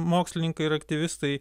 mokslininkai ir aktyvistai